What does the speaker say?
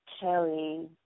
Kelly